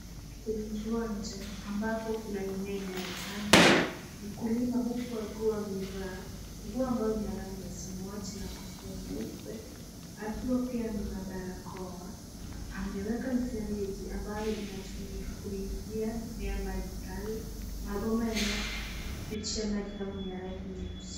Kwenye kiwanja ambapo kuna mimea inayopandwa .Mkulima huku akiwa amevaa nguo ya rangi ya samawati na kofia nyeupe ,akiwa pia amevaa barakoa. Ameweka mifereji ambayo inatumika kunyunyizia mimea maji hayo ,mabomba yanayo pitisha maji hayo ni ya rangi nyeusi